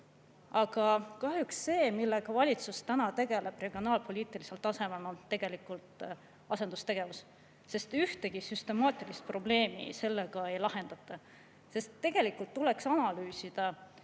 Aga kahjuks on see, millega valitsus tegeleb regionaalpoliitilisel tasemel, tegelikult asendustegevus, sest ühtegi süstemaatilist probleemi sellega ei lahendata. Tegelikult tuleks analüüsida